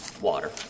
water